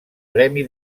premi